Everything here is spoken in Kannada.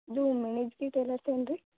ಇದು ಮನೋಜ್ ಬಿ ಟೈಲರ್ಸ್ ಏನು ರೀ